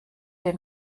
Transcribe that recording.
den